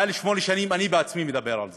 יותר משמונה שנים אני בעצמי מדבר על זה,